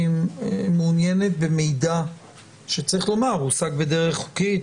מעוניינים במידע שצריך לומר שהושג בדרך חוקית,